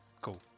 cool